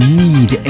need